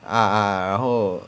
ah 然后